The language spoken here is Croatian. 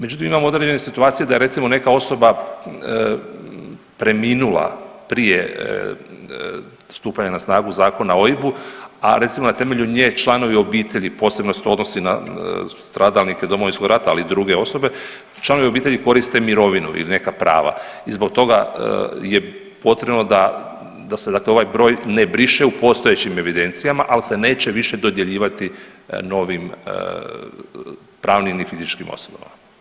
Međutim, imam određenih situacija da je recimo neka osoba preminula prije stupanja na snagu Zakona o OIB-u, a recimo na temelju nje članovi obitelji, posebno se to odnosi na stradalnike Domovinskog rata, ali i druge osobe, članovi obitelji koriste mirovine ili neka prava i zbog toga je potrebno da se ovaj broj ne briše u postojećim evidencijama, ali se neće više dodjeljivati novim pravnim i fizičkim osobama.